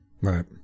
Right